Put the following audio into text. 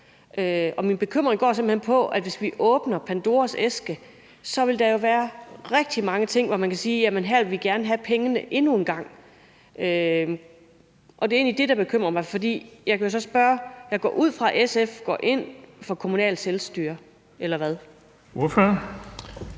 Min bekymring går simpelt hen på, at hvis vi åbner Pandoras æske, vil der jo være rigtig mange områder, hvor man kan sige, at her vil vi gerne have pengene endnu en gang. Det er egentlig det, der bekymrer mig, og jeg kan jo så spørge: Jeg går ud fra, at SF går ind for kommunalt selvstyre – eller hvad?